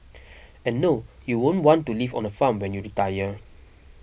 and no you won't want to live on a farm when you retire